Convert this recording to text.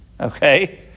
Okay